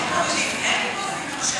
הם מתמודדים,